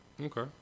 Okay